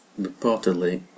reportedly